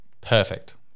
Perfect